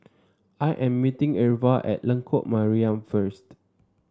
I am meeting Irva at Lengkok Mariam first